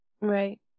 Right